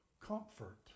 comfort